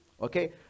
okay